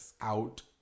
out